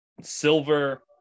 silver